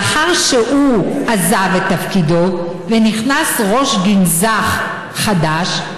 לאחר שהוא עזב את תפקידו ונכנס ראש גנזך חדש,